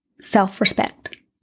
self-respect